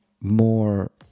more